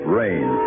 rain